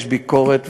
יש ביקורת,